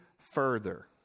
further